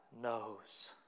knows